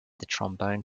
trombone